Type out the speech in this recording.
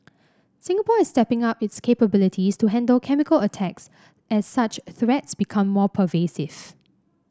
Singapore is stepping up its capabilities to handle chemical attacks as such threats become more pervasive